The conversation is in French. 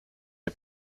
est